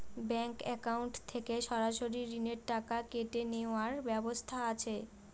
Bank account থেকে সরাসরি ঋণের টাকা কেটে নেওয়ার ব্যবস্থা আছে?